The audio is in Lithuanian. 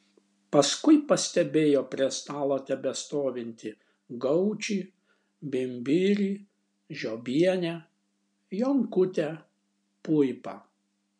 paskui pastebėjo prie stalo tebestovintį gaučį bimbirį žiobienę jonkutę puipą